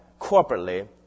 corporately